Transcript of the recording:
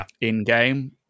in-game